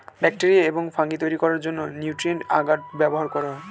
bacteria এবং fungi তৈরি করার জন্য নিউট্রিয়েন্ট আগার ব্যবহার করা হয়